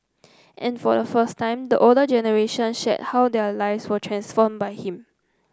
and for the first time the older generation shared how their lives were transformed by him